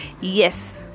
Yes